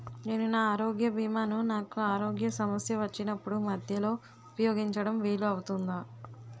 నేను నా ఆరోగ్య భీమా ను నాకు ఆరోగ్య సమస్య వచ్చినప్పుడు మధ్యలో ఉపయోగించడం వీలు అవుతుందా?